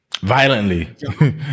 Violently